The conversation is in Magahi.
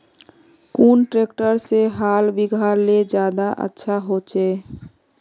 कुन ट्रैक्टर से हाल बिगहा ले ज्यादा अच्छा होचए?